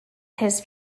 his